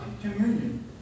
communion